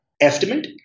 estimate